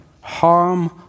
Harm